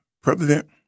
President